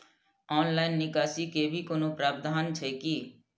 Online निकासी के भी कोनो प्रावधान छै की?